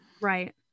right